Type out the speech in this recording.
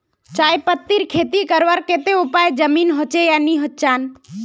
चाय पत्तीर खेती करवार केते ऊपर जमीन होचे या निचान?